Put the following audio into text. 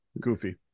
Goofy